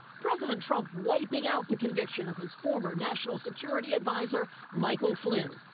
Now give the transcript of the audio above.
president trump wiping out the conviction of his former national security adviser michael flynn.